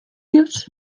yet